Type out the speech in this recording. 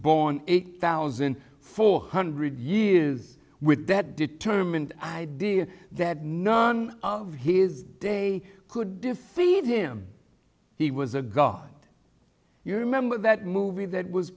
born eight thousand four hundred years with that determined idea that none of his day could defeat him he was a god you remember that movie that was